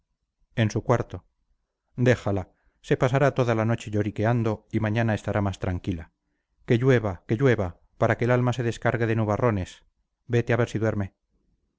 en su cuarto déjala se pasará toda la noche lloriqueando y mañana estará más tranquila que llueva que llueva para que el alma se descargue de nubarrones vete a ver si duerme